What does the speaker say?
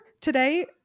today